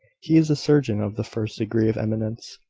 he is a surgeon of the first degree of eminence.